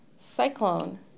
cyclone